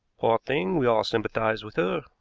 poor thing, we all sympathize with her.